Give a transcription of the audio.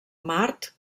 mart